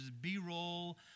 B-roll